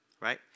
right